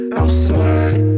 outside